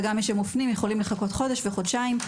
וגם אלה שמופנים יכולים לחכות חודש וחודשיים.